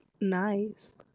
nice